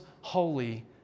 holy